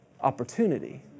Opportunity